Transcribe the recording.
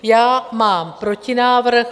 Já mám protinávrh.